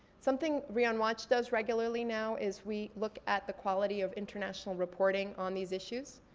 something rioonwatch does regularly now is we look at the quality of internatonal reporting on these issues.